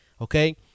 okay